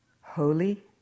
holy